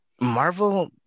Marvel